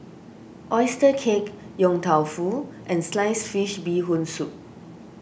Oyster Cake Yong Tau Foo and Sliced Fish Bee Hoon Soup